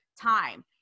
time